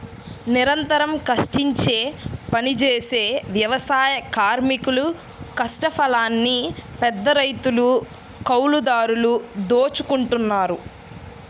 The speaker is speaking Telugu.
నిరంతరం కష్టించి పనిజేసే వ్యవసాయ కార్మికుల కష్టఫలాన్ని పెద్దరైతులు, కౌలుదారులు దోచుకుంటన్నారు